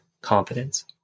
confidence